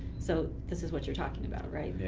so this is what you're talking about, right?